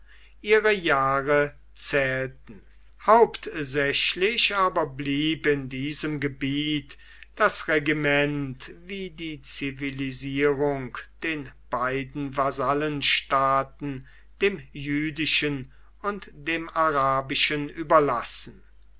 ihre jahre zählten hauptsächlich aber blieb in diesem gebiet das regiment wie die zivilisierung den beiden vasallenstaaten dem jüdischen und dem arabischen überlassen